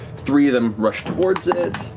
three of them rush towards it